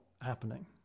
happening